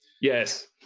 Yes